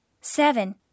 Seven